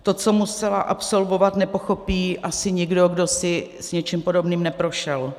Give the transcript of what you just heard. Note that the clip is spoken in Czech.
To, co musela absolvovat, nepochopí asi nikdo, kdo si něčím podobným neprošel.